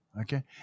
Okay